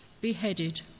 beheaded